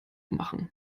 machen